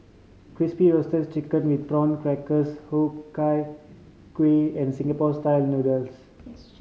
Crispy Roasted Chicken with Prawn Crackers Ku Chai Kueh and Singapore Style Noodles